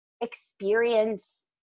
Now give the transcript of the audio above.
experience